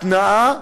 התנעה,